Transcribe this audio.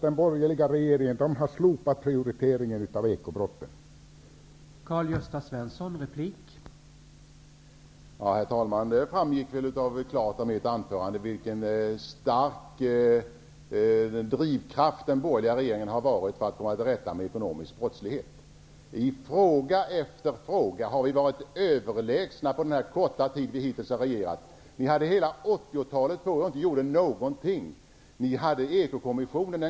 Den borgerliga regeringen har slopat prioriteringen av ekobrottsbekämpningen.